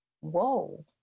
Whoa